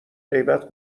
غیبت